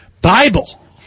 Bible